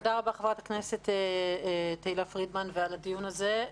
תודה רבה, חברת הכנסת תהלה פרידמן, ועל הדיון הזה.